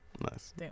nice